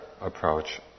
approach